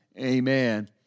Amen